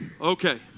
Okay